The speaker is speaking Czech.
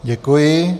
Děkuji.